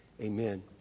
Amen